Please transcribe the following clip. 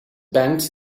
bent